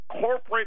Corporate